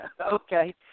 Okay